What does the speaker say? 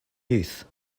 youth